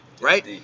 Right